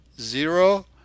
zero